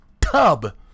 tub